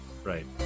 Right